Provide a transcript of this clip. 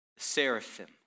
seraphim